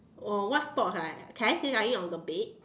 oh what sports right can I say lying on the bed